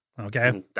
Okay